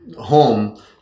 home